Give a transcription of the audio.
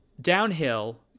downhill